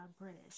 British